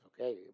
Okay